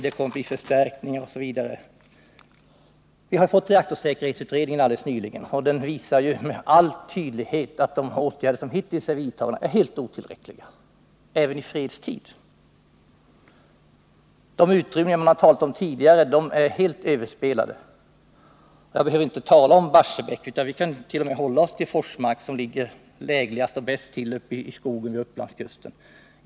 Det blir förstärkningar osv. Vi har fått reaktorsäkerhetsutredningen alldeles nyligen, vilken med all tydlighet visar att de åtgärder som hittills har vidtagits är helt otillräckliga även i fredstid. De utrymningar man tidigare har talat om är helt överspelade. Nr 36 Jag behöver inte tala om Barsebäck utan kan hålla mig till Forsmark, som Fredagen den ligger bäst till i skogen vid Upplandskusten.